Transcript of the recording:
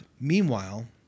Meanwhile